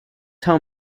tell